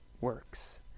works